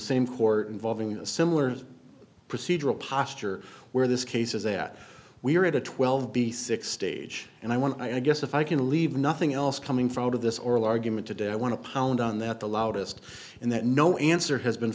same court involving a similar procedural posture where this case is that we are at a twelve b six stage and i want to i guess if i can leave nothing else coming from out of this oral argument today i want to pound on that the loudest and that no answer has been